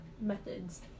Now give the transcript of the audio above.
methods